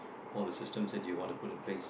all the systems that you want to put in place